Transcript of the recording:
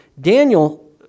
Daniel